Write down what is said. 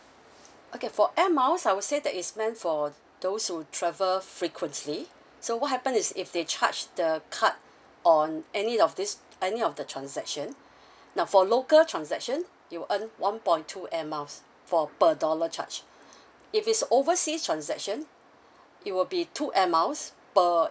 okay for air miles I would say that it's meant for those who travel frequently so what happen is if they charge the card on any of this any of the transaction now for local transaction you'll earn one point two air miles for per dollar charge if it's oversea transaction it will be two air miles per